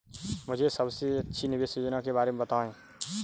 मुझे सबसे अच्छी निवेश योजना के बारे में बताएँ?